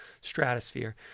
stratosphere